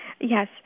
Yes